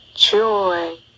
joy